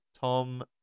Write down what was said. Tom